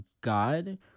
God